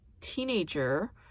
teenager